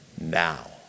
now